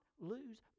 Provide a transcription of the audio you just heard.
lose